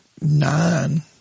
nine